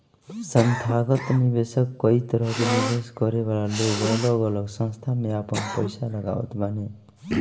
संथागत निवेशक कई तरह के निवेश करे वाला लोग अलग अलग संस्था में आपन पईसा लगावत बाने